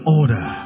order